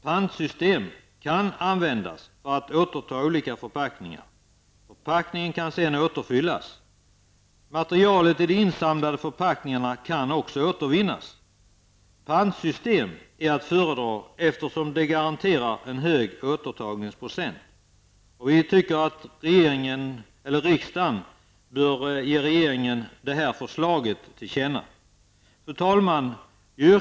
Pantsystem kan användas för att återta olika förpackningar. Förpackningen kan sedan återfyllas. Materialet i de insamlade förpackningarna kan också återvinnas. Pantsystem är att föredra eftersom det garanterar en hög återtagningsprocent. Vi tycker att riksdagen bör ge regeringen detta till känna. Fru talman!